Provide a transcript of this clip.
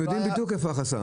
אתם יודעים בדיוק איפה החסם.